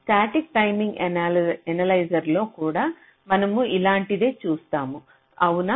static timing ఎనలైజర్లో కూడా మనము ఇలాంటిదే చేస్తాము అవునా